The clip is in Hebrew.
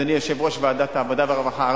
אדוני יושב-ראש ועדת העבודה והרווחה,